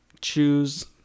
choose